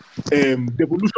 devolution